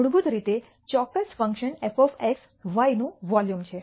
તે મૂળભૂત રીતે આ ચોક્કસ ફંક્શન f y નું વોલ્યુમ છે